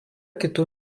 kitų